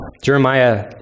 Jeremiah